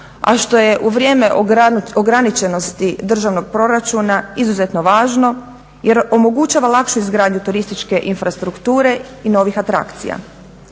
a što je u vrijeme ograničenosti državnog proračuna izuzetno važno jer omogućava lakšu izgradnju turističke infrastrukture i novih atrakcija.